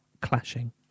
clashing